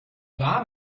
warm